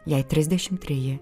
jai trisdešimt treji